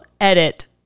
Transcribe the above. edit